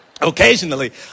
Occasionally